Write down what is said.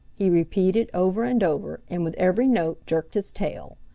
he repeated over and over, and with every note jerked his tail.